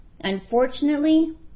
Unfortunately